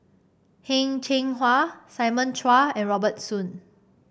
Heng Cheng Hwa Simon Chua and Robert Soon